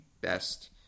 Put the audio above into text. best